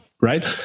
Right